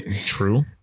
True